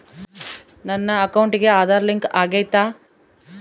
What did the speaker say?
ನನ್ನ ಅಕೌಂಟಿಗೆ ಆಧಾರ್ ಲಿಂಕ್ ಆಗೈತಾ?